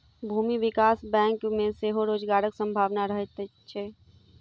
भूमि विकास बैंक मे सेहो रोजगारक संभावना रहैत छै